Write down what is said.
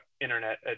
internet